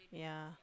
yeah